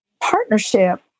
partnership